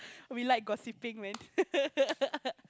we like gossiping man